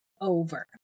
over